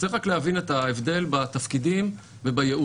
צריך רק להבין את ההבדל בתפקידים ובייעוד.